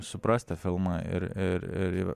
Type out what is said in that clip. suprast tą filmą ir ir ir